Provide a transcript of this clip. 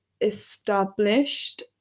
established